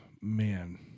man